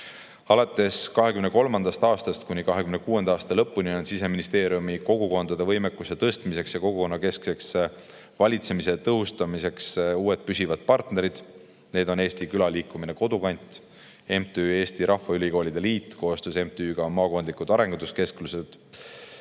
Alates 2023. aastast kuni 2026. aasta lõpuni on Siseministeeriumil kogukondade võimekuse tõstmiseks ja kogukonnakeskse valitsemise tõhustamiseks uued püsivad partnerid. Need on Eesti Külaliikumine Kodukant ja MTÜ Eesti Rahvaülikoolide Liit koostöös MTÜ‑ga Maakondlikud Arenduskeskused.